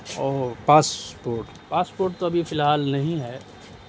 اور passport passport تو ابھی فی الحال نہیں ہے